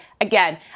again